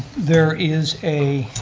there is a